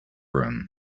room